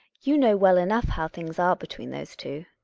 you know well enough how things are between those two.